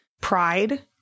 pride